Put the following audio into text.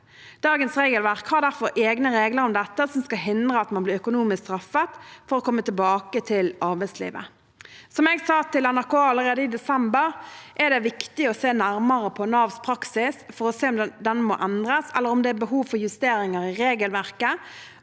Dagens regelverk har derfor egne regler om dette, som skal hindre at man blir økonomisk straffet for å komme tilbake til arbeidslivet. Som jeg sa til NRK allerede i desember, er det viktig å se nærmere på Navs praksis for å se om den må endres, eller om det er behov for justeringer i regelverket,